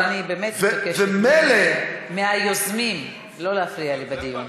אבל אני באמת מבקשת מהיוזמים לא להפריע לי בדיון.